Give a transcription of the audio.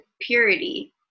purity